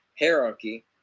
hierarchy